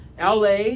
la